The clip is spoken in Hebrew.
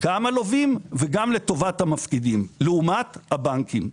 גם הלווים וגם לטובת המפקידים לעומת הבנקים.